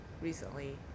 recently